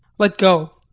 let go.